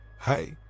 Hey